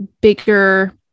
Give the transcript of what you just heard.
bigger